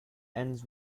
ends